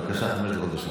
בבקשה, חברת הכנסת.